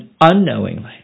unknowingly